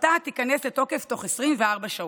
ההפחתה תיכנס לתוקף תוך 24 שעות.